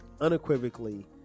unequivocally